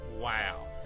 Wow